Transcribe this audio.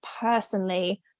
personally